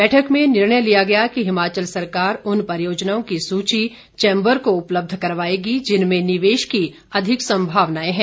बैठक में निर्णय लिया गया कि हिमाचल सरकार उन परियोजनाओं की सूची चैम्बर को उपलब्ध करवाएगी जिनमें निवेश की अधिक सम्भावनाएं हैं